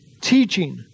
teaching